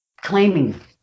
claiming